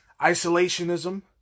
isolationism